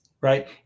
right